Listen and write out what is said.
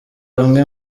amwe